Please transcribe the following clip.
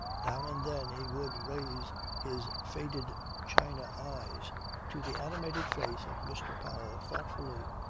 now and then he would raise his faded china eyes to the animated face of mr. powell thoughtfully.